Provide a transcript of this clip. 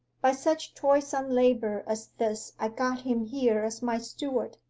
by such toilsome labour as this i got him here as my steward.